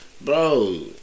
Bro